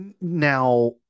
Now